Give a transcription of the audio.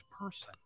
person